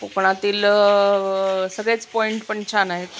कोकणातील सगळेच पॉईंट पण छान आहेत